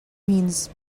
means